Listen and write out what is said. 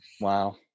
Wow